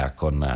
con